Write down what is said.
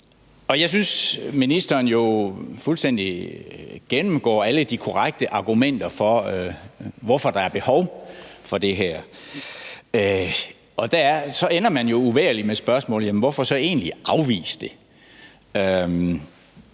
Og jeg synes jo, at ministeren fuldstændig gennemgår alle de korrekte argumenter for, hvorfor der er behov for det her. Og så ender man uvægerlig med spørgsmålet: Hvorfor så egentlig afvise det?